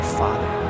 father